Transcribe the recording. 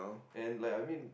and like I mean